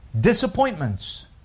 Disappointments